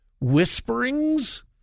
whisperings